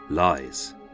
lies